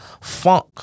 funk